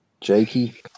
Jakey